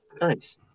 Nice